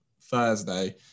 Thursday